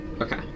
Okay